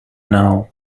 now